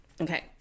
okay